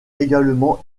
également